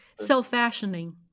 Self-fashioning